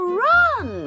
run